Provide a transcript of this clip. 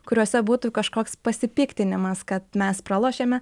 kuriuose būtų kažkoks pasipiktinimas kad mes pralošėme